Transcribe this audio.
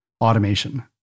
automation